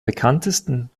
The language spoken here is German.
bekanntesten